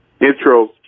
intro